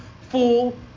full